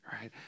right